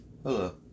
Hello